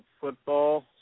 football